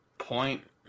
Point